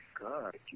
God